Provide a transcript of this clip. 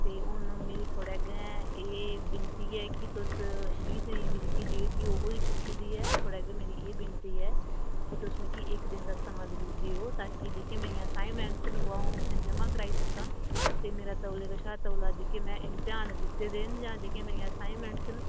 के हू'न मेरी थुहाड़े अग्गें एह् विनती ऐ कि तुस बीह् तरीक दी जेह्की डेट ही ओह् होई चुक्की दी ऐ थुहाड़े अग्गें मेरी एह् की विनती ऐ की तुस मिगी इक्क दिन दा समां देओ ताकि जेह्कियां मेरियां असाइनमेंट्स न ओह् अं'ऊ जमां कराई सकां ते मेरा तौले कशा तौले जेह्के में इम्तेहान दित्ते दे न जां जेह्कियां मेरियां असाइनमेंटस न